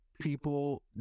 People